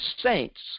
saints